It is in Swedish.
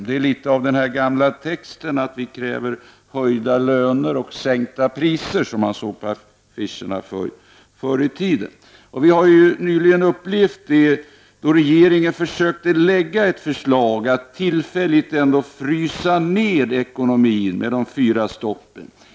Det liknar texten som fanns på affischerna förr: Vi kräver höjda löner och sänkta priser. Vi har nyligen upplevt att regeringen har försökt lägga fram ett förslag om att man tillfälligt skall frysa ned ekonomin genom de fyra stoppen.